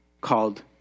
called